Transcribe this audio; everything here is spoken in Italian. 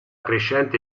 crescente